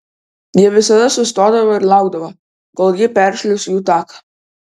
jie visada sustodavo ir laukdavo kol ji peršliauš jų taką